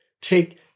take